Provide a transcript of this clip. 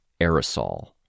aerosol